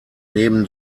neben